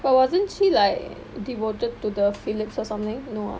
well wasn't she like devoted to the philip's or something no ah